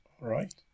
Right